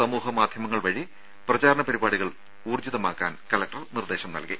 സാമൂഹ്യ മാധ്യമങ്ങൾ വഴി പ്രചാരണ നടപടികൾ ഊർജ്ജിതമാക്കാൻ കലക്ടർ നിർദ്ദേശം നൽകി